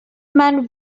man